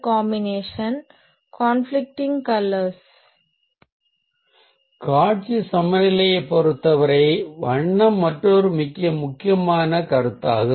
காட்சி சமநிலையைப் பொருத்தவரை வண்ணம் மற்றொரு மிக முக்கியமான கருத்தாகும்